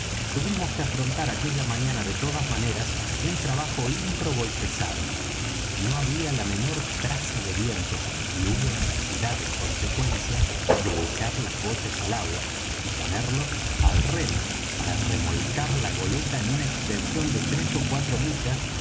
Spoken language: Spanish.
tuvimos que afrontar aquella mañana de todas maneras un trabajo ímprobo y pesado no había la menor traza de viento y hubo necesidad en consecuencia de echar los botes al agua y ponerlos al remo para remolcar la goleta en una extensión de tres ó cuatro millas